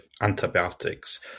antibiotics